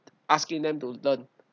asking them to learn